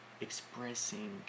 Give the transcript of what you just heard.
expressing